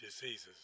diseases